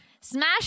smash